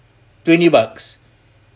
twenty bucks